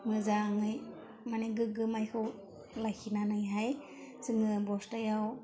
मोजाङै माने गोग्गो माइखौ लाखिनानैहाय जोङो बस्थायाव